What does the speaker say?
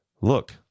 Look